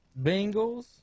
Bengals